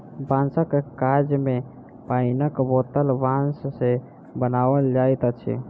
बाँसक काज मे पाइनक बोतल बाँस सॅ बनाओल जाइत अछि